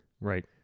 Right